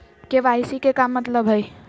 KYC के का मतलब हई?